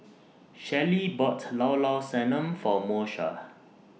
Shellie bought Llao Llao Sanum For Moesha